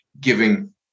giving